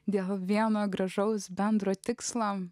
dėl vieno gražaus bendro tikslams